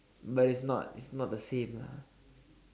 but it's not it's not the same lah